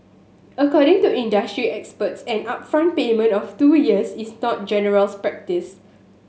according to industry experts an upfront payment of two years is not general practice